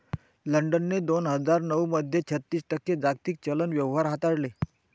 लंडनने दोन हजार नऊ मध्ये छत्तीस टक्के जागतिक चलन व्यवहार हाताळले